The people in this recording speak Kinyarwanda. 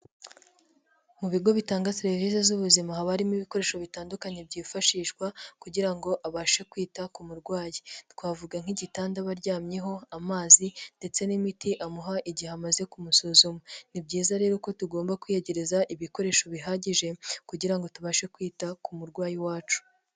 Mu bigo bitanga serivisi z'ubuzima haba harimo ibikoresho bitandukanye byifashishwa kugira ngo abashe kwita ku murwayi, twavuga nk'igitanda baryamyeho, amazi ndetse n'imiti amuha igihe amaze kumusuzuma, ni byiza rero ko tugomba kwiyegereza ibikoresho bihagije kugira ngo tubashe kwita ku murwayi wacu.